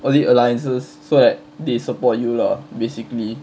was it alliances so that they support you lah basically